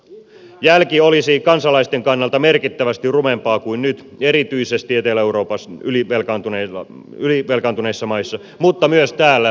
jälki olisi kansalaisten kannalta merkittävästi rumempaa kuin nyt erityisesti etelä euroopan ylivelkaantuneissa maissa mutta myös täällä suomessa